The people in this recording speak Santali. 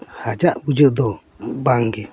ᱦᱟᱡᱟᱜ ᱵᱩᱡᱟᱹᱜ ᱫᱚ ᱵᱟᱝᱜᱮ